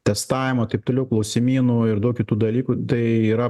testavimo taip toliau klausimynų ir daug kitų dalykų tai yra